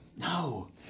No